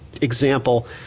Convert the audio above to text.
example